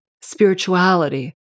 spirituality